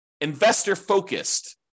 investor-focused